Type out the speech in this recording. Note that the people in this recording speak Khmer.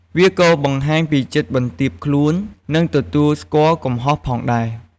វាក៏បង្ហាញពីចិត្តបន្ទាបខ្លួន និងទទួលស្គាល់កំហុសផងដែរ។